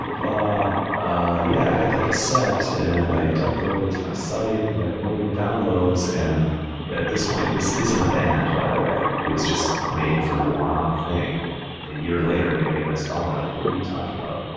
um blah. ah yeah, i got that cassette and i uploaded it to my site and we have a million downloads. and at this point, this isn't a band by the way. it was just made for a one off thing. a year later they're getting this call or like, what are you talking about?